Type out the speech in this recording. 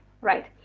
right